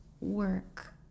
work